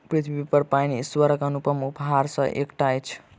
पृथ्वीपर पाइन ईश्वरक अनुपम उपहार मे सॅ एकटा अछि